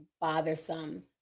bothersome